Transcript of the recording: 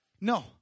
No